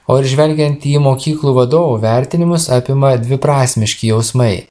o ir žvelgiant į mokyklų vadovų vertinimus apima dviprasmiški jausmai